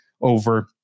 over